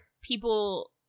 people